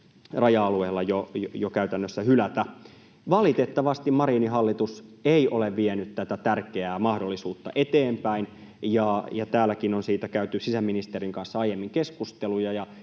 raja-alueella käytännössä hylätä. Valitettavasti Marinin hallitus ei ole vienyt tätä tärkeää mahdollisuutta eteenpäin. Täälläkin on siitä käyty sisäministerin kanssa aiemmin keskusteluja, ja